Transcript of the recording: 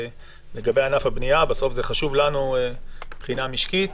לגבי ענף הבנייה בסוף זה חשוב לנו מבחינה משקית.